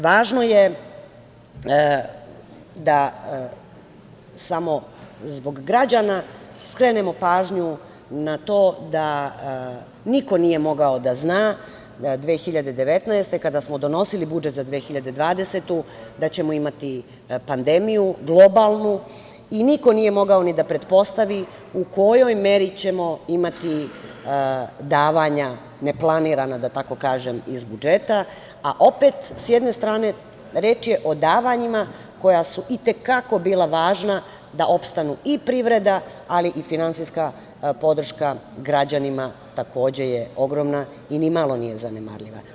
Važno je da samo zbog građana skrenemo pažnju na to da niko nije mogao da zna 2019. godine kada smo donosili budžet za 2020. godinu da ćemo imati pandemiju, globalnu, i niko nije mogao ni da pretpostavi u kojoj meri ćemo imati davanja, neplanirana, da kažem, iz budžeta, a opet je reč o davanjima koja su i te kako bila važna da opstanu i privreda, ali i finansijska podrška građanima je ogromna i nimalo nije zanemarljiva.